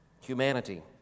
humanity